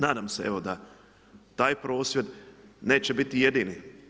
Nadam se evo da taj prosvjed neće biti jedini.